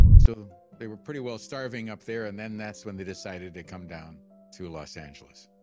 so they were pretty well starving up there. and then that's when they decided to come down to los angeles